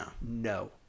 No